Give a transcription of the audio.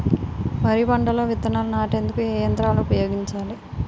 వరి పంటలో విత్తనాలు నాటేందుకు ఏ యంత్రాలు ఉపయోగిస్తారు?